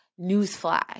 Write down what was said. Newsflash